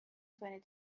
twenty